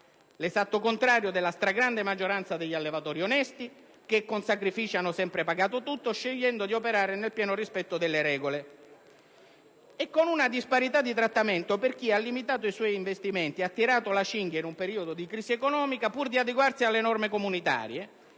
mentre la stragrande maggioranza degli allevatori onesti con sacrifici ha sempre pagato tutto, scegliendo di operare nel pieno rispetto delle regole: una disparità di trattamento rispetto a chi ha limitato i propri investimenti, ha tirato la cinghia in un periodo di crisi economica, pur di adeguarsi alle norme comunitarie.